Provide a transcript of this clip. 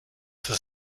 for